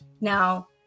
now